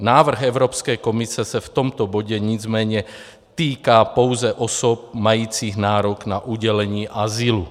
Návrh Evropské komise se v tomto bodě nicméně týká pouze osob majících nárok na udělení azylu.